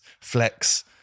Flex